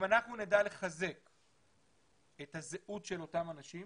אם אנחנו נדע לחזק את הזהות של אותם אנשים